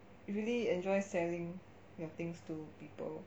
you really enjoy selling your things to people